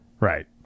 Right